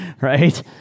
right